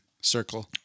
circle